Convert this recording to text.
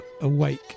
Awake